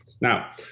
Now